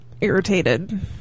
irritated